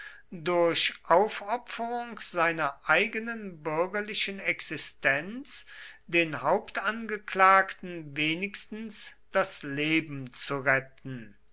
durch aufopferung seiner eigenen bürgerlichen existenz den hauptangeklagten wenigstens das leben zu retten